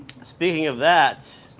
speaking of that,